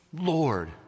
Lord